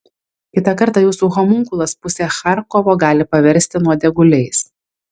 kitą kartą jūsų homunkulas pusę charkovo gali paversti nuodėguliais